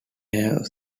have